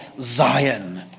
Zion